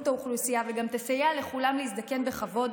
האוכלוסייה וגם תסייע לכולם להזדקן בכבוד,